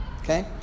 Okay